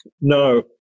No